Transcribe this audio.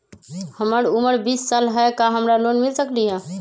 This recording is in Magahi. हमर उमर बीस साल हाय का हमरा लोन मिल सकली ह?